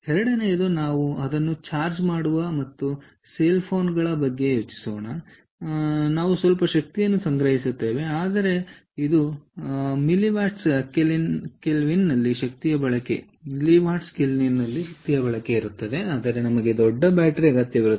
ಎರಡನೆಯದು ನಾವು ಅದನ್ನು ಚಾರ್ಜ್ ಮಾಡುವ ನಮ್ಮ ಸೆಲ್ ಫೋನ್ಗಳ ಬಗ್ಗೆ ಯೋಚಿಸೋಣ ಮತ್ತು ನಾವು ಸ್ವಲ್ಪ ಶಕ್ತಿಯನ್ನು ಸಂಗ್ರಹಿಸುತ್ತೇವೆ ಆದರೆ ಇದು ಮಿಲ್ಲಿ ವಾಟ್ಸ್ ಕೆಲಿನ್ನಲ್ಲಿರುವ ಶಕ್ತಿಯ ಬಳಕೆಗೆ ನಮಗೆ ದೊಡ್ಡ ಬ್ಯಾಟರಿ ಅಗತ್ಯವಿರುತ್ತದೆ